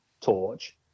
torch